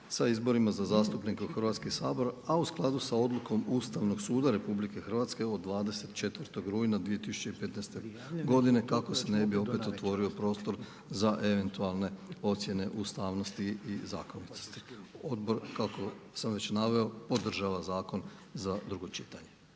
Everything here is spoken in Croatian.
sa izborima za zastupnika u Hrvatski sabor, a u skladu sa odlukom Ustavnog suda Republike Hrvatske od 24. rujna 2015. godine kako se ne bi opet otvorio prostor za eventualne ocjene ustavnosti i zakonitosti. Odbor kako sam već naveo podržava zakon za drugo čitanje.